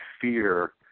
fear